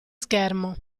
schermo